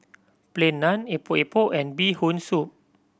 Plain Naan Epok Epok and Bee Hoon Soup